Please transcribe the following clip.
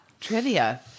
trivia